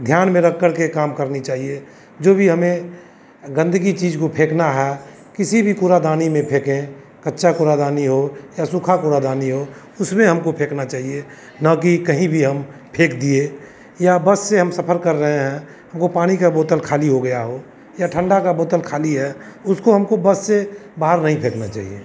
ध्यान में रख करके काम करनी चाहिए जो भी हमें गंदगी चीज़ को फेंकना है किसी भी कूड़ादानी में फेंकें कच्चा कूड़ादानी हो या सूखा कूड़ादानी हो उसमें हमको फेंकना चाहिए ना की कहीं भी हम फेंक दिए या बस से हम सफ़र कर रहे हैं हमको पानी का बोतल खाली हो गया हो या ठंडा का बोतल खाली है उससे हमको बस से बाहर नहीं फेंकना चाहिए